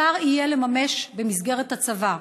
יהיה אפשר לממש במסגרת הצבא.